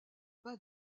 pas